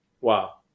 Wow